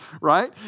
right